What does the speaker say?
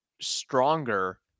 stronger